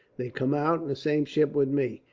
they came out in the same ship with me.